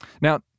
Now